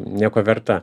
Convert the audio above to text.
nieko verta